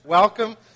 Welcome